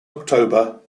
october